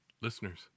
Listeners